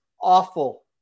awful